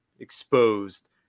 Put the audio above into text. exposed